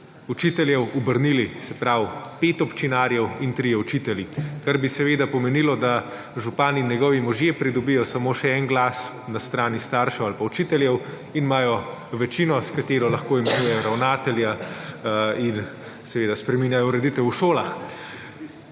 učiteljev obrnili. Se pravi, 5 »občinarjev« in 3 učitelji, kar bi seveda pomenilo, da župan in njegovi možje pridobijo samo še en glas na strani staršev ali pa učiteljev in imajo večino, s katero lahko imenujejo ravnatelja in seveda spreminjajo ureditev v šolah.